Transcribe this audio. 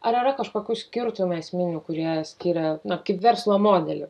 ar yra kažkokių skirtumų esminių kurie skiria na kaip verslo modelį